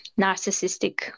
narcissistic